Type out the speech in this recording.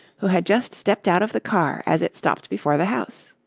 who had just stepped out of the car as it stopped before the house.